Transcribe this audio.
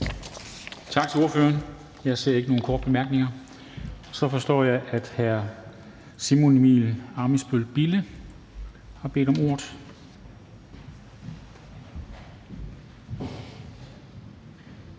Tak til ordføreren. Jeg ser ikke nogen markeringer for korte bemærkninger. Så forstår jeg, at hr. Simon Emil Ammitzbøll-Bille har bedt om ordet.